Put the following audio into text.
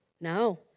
No